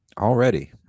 already